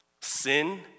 sin